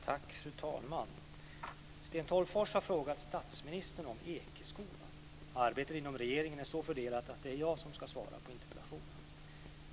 Fru talman! Sten Tolgfors har frågat statsministern om Ekeskolan. Arbetet inom regeringen är så fördelat att det är jag som ska svara på interpellationen.